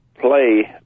play